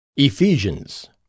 Ephesians